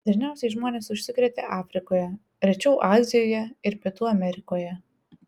dažniausiai žmonės užsikrėtė afrikoje rečiau azijoje ir pietų amerikoje